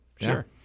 Sure